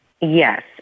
Yes